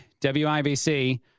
WIBC